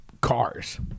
cars